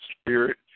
spirit